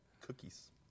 cookies